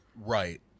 Right